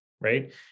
Right